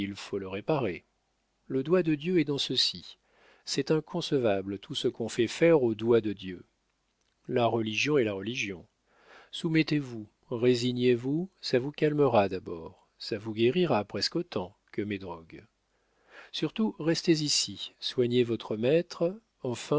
faut le réparer le doigt de dieu est dans ceci c'est inconcevable tout ce qu'on fait faire au doigt de dieu la religion est la religion soumettez-vous résignez-vous ça vous calmera d'abord ça vous guérira presqu'autant que mes drogues surtout restez ici soignez votre maître enfin